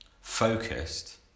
focused